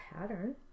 pattern